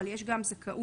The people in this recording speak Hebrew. אבל יש גם זכאות.